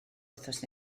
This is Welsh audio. wythnos